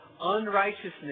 unrighteousness